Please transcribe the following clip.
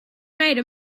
made